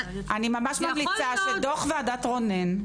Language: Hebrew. אני ממש ממליצה שדוח ועדת רונן,